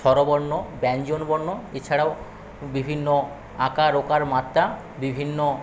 স্বরবর্ণ ব্যঞ্জনবর্ণ এছাড়াও বিভিন্ন আকার ওকার মাত্রা বিভিন্ন